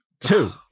two